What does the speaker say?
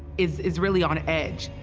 is is really on edge.